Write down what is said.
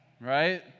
Right